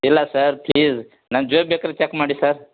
ಇಲ್ಲ sir please ನನ್ನ ಜೇಬು ಬೇಕಾದರೆ ಚೆಕ್ ಮಾಡಿ ಸರ್